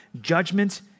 judgment